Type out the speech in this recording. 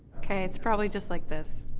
okay, it's probably just like this.